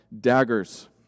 daggers